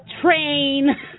train